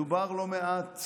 דובר לא מעט,